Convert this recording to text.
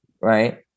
right